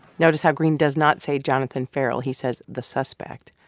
notice how greene does not say jonathan ferrell, he says the suspect.